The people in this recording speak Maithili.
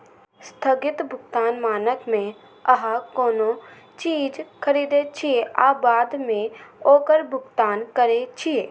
स्थगित भुगतान मानक मे अहां कोनो चीज खरीदै छियै आ बाद मे ओकर भुगतान करै छियै